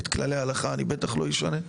את כללי ההלכה אני בטח לא אשנה.